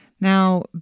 Now